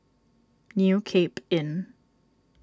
New Cape Inn